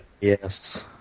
Yes